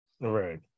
right